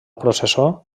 processó